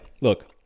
look